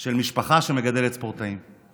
של משפחה שמגדלת ספורטאים.